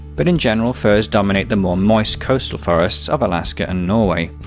but in general firs dominate the more moist coastal forests of alaska and norway.